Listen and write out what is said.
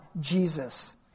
Jesus